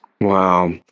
Wow